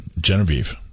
Genevieve